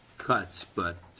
cuts but